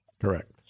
Correct